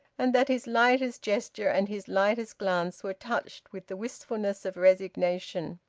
and that his lightest gesture and his lightest glance were touched with the wistfulness of resignation.